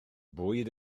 bwyd